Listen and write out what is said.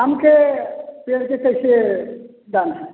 आमके पेड़ के कैसे दाम है